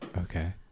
Okay